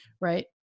right